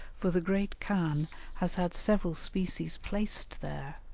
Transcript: for the great khan has had several species placed there,